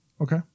Okay